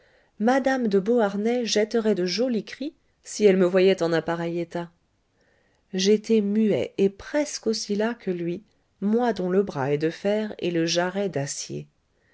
mme de beauharnais jetterait de jolis cris si elle me voyait en un pareil état j'étais muet et presque aussi las que lui moi dont le bras est de fer et le jarret d'acier